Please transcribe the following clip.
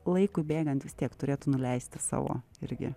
laikui bėgant vis tiek turėtų nuleisti savo irgi